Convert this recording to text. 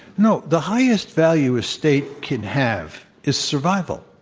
no. the highest value a state can have is survival.